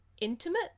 intimate